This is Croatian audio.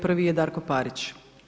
Prvi je Darko Parić.